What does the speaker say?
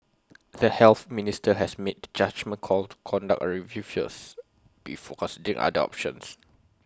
the health minister has made judgement call to conduct A review first before considering other options